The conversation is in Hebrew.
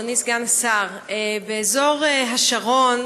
אדוני סגן השר, באזור השרון,